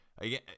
again